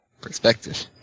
Perspective